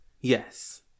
yes